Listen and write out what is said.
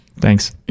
Thanks